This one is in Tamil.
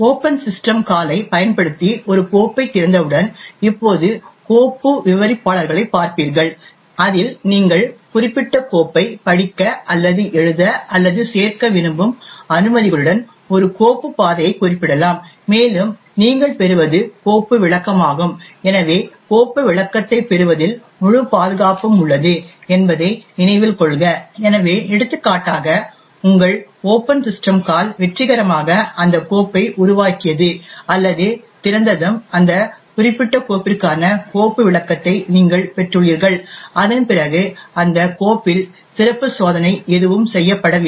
ஓபன் சிஸ்டம் கால் ஐ பயன்படுத்தி ஒரு கோப்பைத் திறந்தவுடன் இப்போது கோப்பு விவரிப்பாளர்களைப் பார்ப்பீர்கள் அதில் நீங்கள் குறிப்பிட்ட கோப்பைப் படிக்க அல்லது எழுத அல்லது சேர்க்க விரும்பும் அனுமதிகளுடன் ஒரு கோப்பு பாதையை குறிப்பிடலாம் மேலும் நீங்கள் பெறுவது கோப்பு விளக்கமாகும் எனவே கோப்பு விளக்கத்தைப் பெறுவதில் முழு பாதுகாப்பும் உள்ளது என்பதை நினைவில் கொள்க எனவே எடுத்துக்காட்டாக உங்கள் ஓபன் சிஸ்டம் கால் வெற்றிகரமாக அந்த கோப்பை உருவாக்கியது அல்லது திறந்ததும் அந்த குறிப்பிட்ட கோப்பிற்கான கோப்பு விளக்கத்தை நீங்கள் பெற்றுள்ளீர்கள் அதன் பிறகு அந்த கோப்பில் சிறப்பு சோதனை எதுவும் செய்யப்படவில்லை